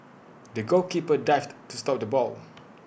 the goalkeeper dived to stop the ball